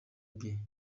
ibye